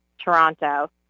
Toronto